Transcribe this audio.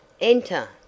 Enter